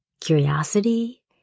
curiosity